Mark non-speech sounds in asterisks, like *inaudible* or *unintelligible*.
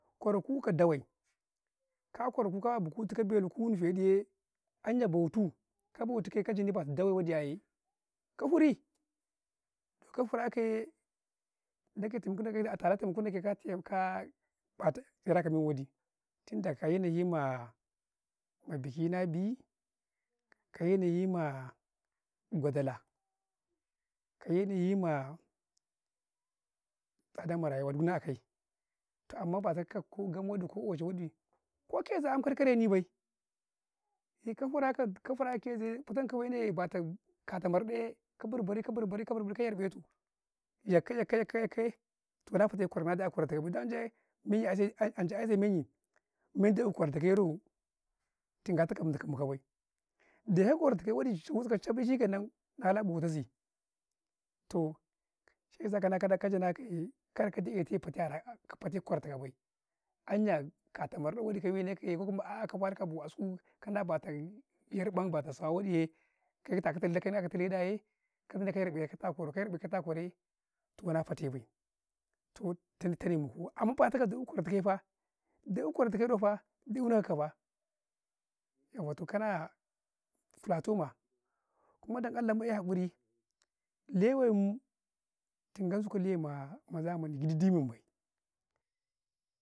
﻿kwaraku ka dawai, ka kwaraku kawa buhu tukau belu, kunu feɗu yee, an ya bautu, ka bautuka yee, ka janii bata dawai ya yeee ka firii, do ka firaka yee, Ndage temiki kayee, a tara, taimken ne kaaa baka tsira ka me wadi tun da ka yanayi maa biki na ɗi, ka yanayi maa gudula, ka yanayi maa tsadaa ma rayuwa giɗ ma akay, toh amman batakak ko kam wadi ko oci wadi, ko kezi a yam ka reni bay, ne ka firakau ka farakau kezi yee, fa tan kaway ne bata mar ɗa yee ka bar bari- kabar, ka bar bari ko yar detu, yakka-yakka, yakka yee, toh nafate na eye a kwarau na kwartau wani bay, gii ancai yee manyi ancai asoi men yi, mendi eh kwartukau yee ro ka mikau bay, dikau kwartakau wadi cawoo su ka cafyi shikkenan naa la bauta si toh shi yas ka naka ka janasi ka kwartuka bay ehti kafatakau ka kwartakay bay, anya kato ma ɗi wadi ka we ne kayee, ko kuma a'ah ka walukau bo askuu *unintelligible* yar ნ an bata sawa wadi - yee, ka 'yar ნ be katau a kwarau, ka 'yar ნe ta a kwarau yee, toh na fate bay toh tone muku, amman fa ɗata kau ka kwartuka yee faa, dawuu kwartaka yee faa du raka faa yauwa toh kana ნ atoh maa, kuma don allah mu'eh hakuri, lewe muu, tun gwansukau lewe ma zamani gidii dimin bay.